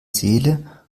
seele